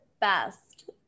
best